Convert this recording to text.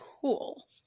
cool